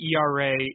ERA